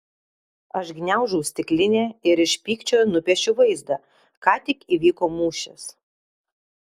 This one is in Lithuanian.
aš gniaužau stiklinę ir iš pykčio nupiešiu vaizdą ką tik įvyko mūšis